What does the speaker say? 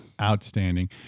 Outstanding